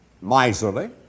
miserly